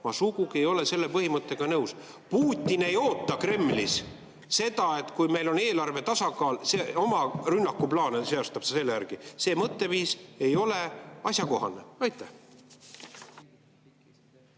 ma sugugi ei ole selle põhimõttega nõus. Putin ei oota Kremlis seda, et kui meil on eelarve tasakaal, et oma rünnakuplaane seab ta selle järgi. See mõtteviis ei ole asjakohane. Aitäh!